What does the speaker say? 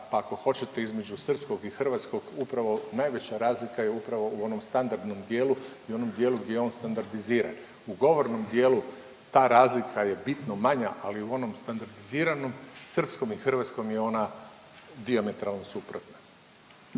pa ako hoćete između srpskog i hrvatskog, upravo najveća razlika je upravo u onom standardnom dijelu i u onom dijelu gdje je on standardiziran. U govornom dijelu ta razlika je bitno manja ali u onom standardiziranom srpskom i hrvatskom je ona dijametralno suprotna.